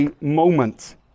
moment